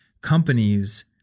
Companies